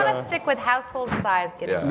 stick with household size getting